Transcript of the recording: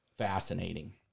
fascinating